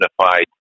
identified